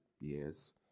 years